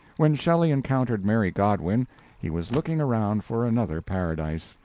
when shelley encountered mary godwin he was looking around for another paradise.